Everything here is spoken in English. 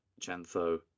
Chantho